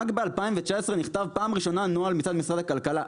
רק ב-2019 נכתב פעם ראשונה נוהל מצד משרד הכלכלה.